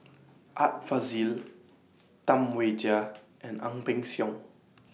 Art Fazil Tam Wai Jia and Ang Peng Siong